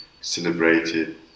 celebrated